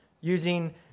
using